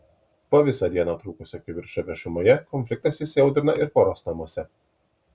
po visą dieną trukusio kivirčo viešumoje konfliktas įsiaudrino ir poros namuose